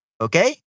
okay